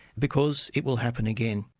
because it will happen again.